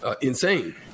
insane